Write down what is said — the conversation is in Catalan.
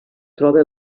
troba